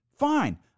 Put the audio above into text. Fine